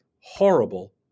horrible